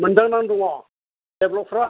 मोनदांनानै दङ डेभेलपफ्रा